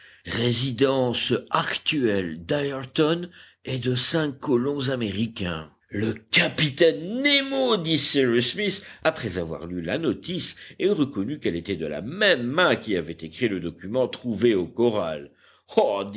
résidence actuelle d'ayrton et de cinq colons américains le capitaine nemo dit cyrus smith après avoir lu la notice et reconnu qu'elle était de la même main qui avait écrit le document trouvé au corral